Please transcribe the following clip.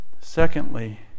secondly